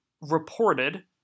reported